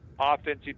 offensive